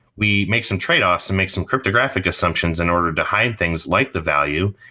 we make some tradeoffs and make some cryptographic assumptions in order to hide things like the value,